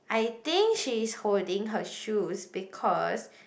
I think she is holding her shoes because